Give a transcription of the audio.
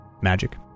magic